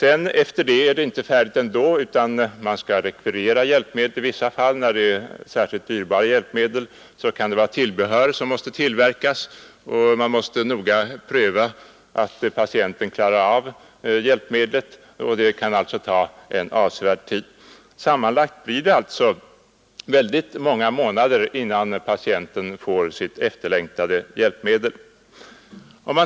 Efter det är det ändå inte färdigt, utan man skall också rekvirera hjälpmedlet. När det är fråga om dyrbara hjälpmedel kan det vara tillbehör som måste tillverkas, och man måste noga pröva att patienten klarar av hjälpmedlet. Det kan alltså ta avsevärd tid. Sammanlagt tar det många månader, innan patienten får sitt efterlängtade hjälpmedel.